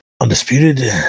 undisputed